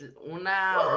una